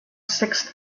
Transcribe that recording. sixth